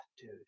dude